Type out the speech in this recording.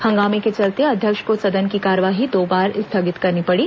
हंगामे के चलते अध्यक्ष को सदन की कार्यवाही दो बार स्थगित करनी पड़ी